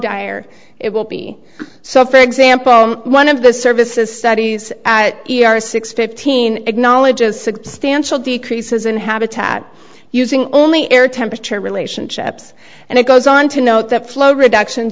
dire it will be so for example one of the services studies at six fifteen acknowledges substantial decreases in habitat using only air temperature relationships and it goes on to note that flow reduction